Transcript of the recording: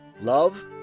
love